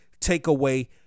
Takeaway